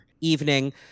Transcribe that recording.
evening